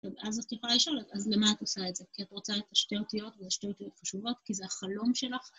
אז את יכולה לשאול, אז למה את עושה את זה? כי את רוצה את השתי אותיות, והשתי אותיות חשובות, כי זה החלום שלך?